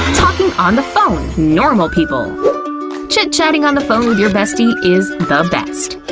talking on the phone normal people chit-chatting on the phone with your bestie is the best.